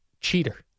cheater